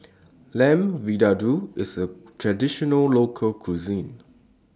Lamb Vindaloo IS A Traditional Local Cuisine